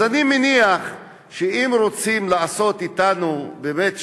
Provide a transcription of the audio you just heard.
אז אני מניח שאם רוצים לעשות אתנו באמת שלום,